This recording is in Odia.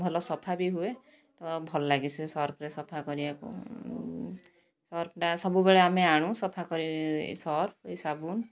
ଭଲ ସଫା ବି ହୁଏ ତ ଭଲ ଲାଗେ ସେ ସର୍ଫରେ ସଫା କରିବାକୁ ସର୍ଫଟା ସବୁବେଳେ ଆମେ ଆଣୁ ସଫାକରି ଏଇ ସର୍ଫ ଏଇ ସାବୁନ